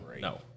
no